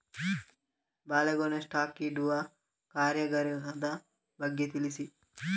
ಬಾಳೆಗೊನೆ ಸ್ಟಾಕ್ ಇಡುವ ಕಾರ್ಯಗಾರದ ಬಗ್ಗೆ ತಿಳಿಸಿ